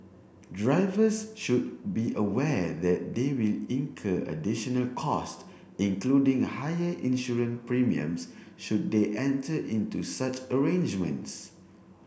drivers should be aware that they will incur additional cost including higher insurance premiums should they enter into such arrangements